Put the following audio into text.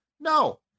No